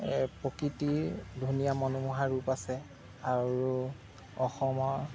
প্ৰকৃতিৰ ধুনীয়া মনোমোহা ৰূপ আছে আৰু অসমৰ